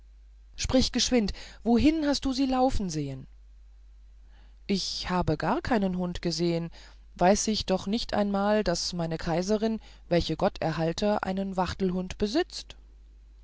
sprich geschwind wohin hast du sie laufen sehen ich habe gar keinen hund gesehen weiß ich doch nicht einmal daß meine kaiserin welche gott erhalte einen wachtelhund besitzt